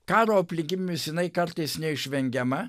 karo aplinkybėmis jinai kartais neišvengiama